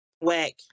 Whack